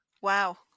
wow